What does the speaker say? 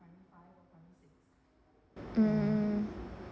mm mm mm